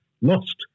lost